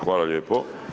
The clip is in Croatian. Hvala lijepo.